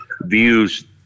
views